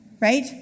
right